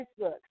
facebook